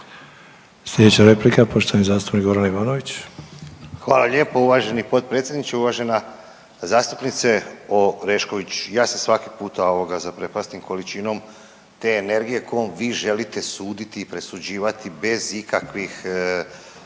Sljedeća replika, poštovani zastupnik Goran Ivanović. **Ivanović, Goran (HDZ)** Hvala lijepo uvaženi potpredsjedniče, uvažena zastupnice Orešković. Ja se svaki puta ovoga zaprepastim količinom te energije kojom vi želite suditi i presuđivati bez ikakvih